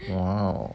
!wow!